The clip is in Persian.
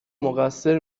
مقصر